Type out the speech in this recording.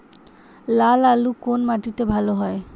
লাল আলু কোন মাটিতে ভালো হয়?